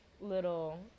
little